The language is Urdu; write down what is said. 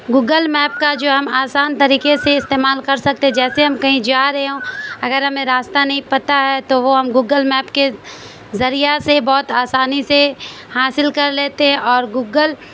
گوگل میپ کا جو ہم آسان طریقے سے استعمال کر سکتے جیسے ہم کہیں جا رہے ہوں اگر ہمیں راستہ نہیں پتہ ہے تو وہ ہم گگل میپ کے ذریعہ سے بہت آسانی سے حاصل کر لیتے اور گگل